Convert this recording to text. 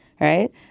right